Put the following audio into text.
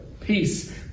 peace